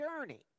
journey